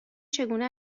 چگونه